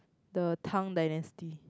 the Tang dynasty